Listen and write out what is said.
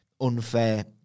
unfair